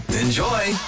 Enjoy